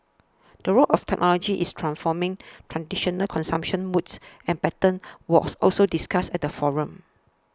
the role of technology is transforming traditional consumption modes and patterns was also discussed at the forum